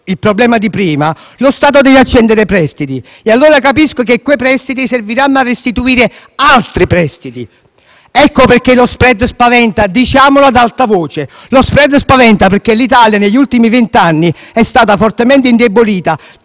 il problema di prima - lo Stato deve accendere prestiti, allora capisco che quei prestiti serviranno a restituire altri prestiti. Ecco perché lo *spread* spaventa: diciamolo ad alta voce. Lo *spread* spaventa perché, negli ultimi vent'anni, l'Italia è stata fortemente indebolita